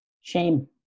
Shame